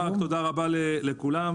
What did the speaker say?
תודה רבה לכולם.